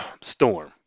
storm